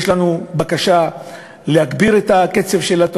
יש לנו בקשה להגביר את הקצב שלה,